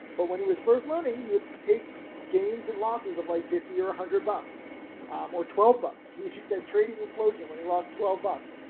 but when he was first learning, he would take gains and losses of like fifty or a one hundred bucks um or twelve bucks. he he said trading implosion when he lost twelve bucks.